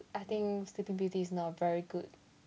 I think sleeping beauty is not very good